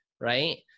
right